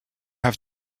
have